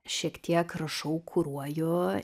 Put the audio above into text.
šiek tiek rašau kuruoju